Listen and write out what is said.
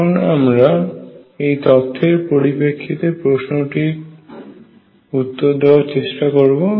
এখন আমরা এই তথ্যের পরিপ্রেক্ষিতে প্রশ্ন টিকে উত্তর দেওয়ার চেষ্টা করবে